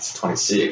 26